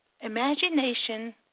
Imagination